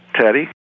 Teddy